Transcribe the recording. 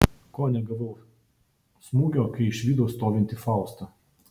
ko negavau smūgio kai išvydau stovintį faustą